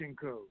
code